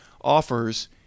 offers